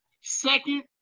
second